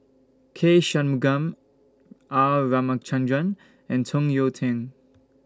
K Shanmugam R Ramachandran and Tung Yue Nang